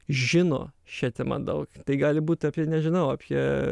žino šia tema daug tai gali būt apie nežinau apie